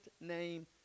name